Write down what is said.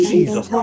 Jesus